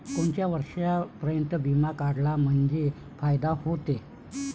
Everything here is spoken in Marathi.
कोनच्या वर्षापर्यंत बिमा काढला म्हंजे फायदा व्हते?